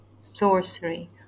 sorcery